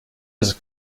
his